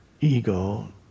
ego